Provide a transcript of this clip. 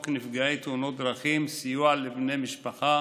נפגעי תאונות דרכים (סיוע לבני משפחה),